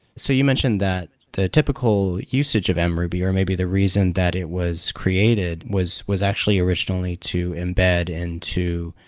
so you mentioned that the typical usage of and mruby, or maybe the reason that it was created was was actually reached only to embed and to,